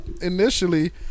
Initially